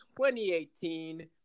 2018